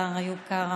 השר איוב קרא,